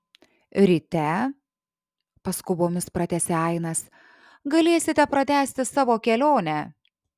ryte paskubomis pratęsė ainas galėsite pratęsti savo kelionę